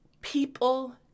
people